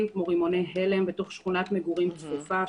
כמו רימוני הלם בתוך שכונת מגורים צפופה,